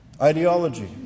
ideology